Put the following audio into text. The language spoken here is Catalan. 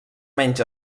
menys